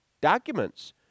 documents